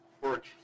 work